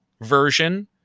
version